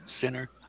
Center